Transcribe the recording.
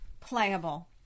Playable